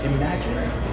Imagine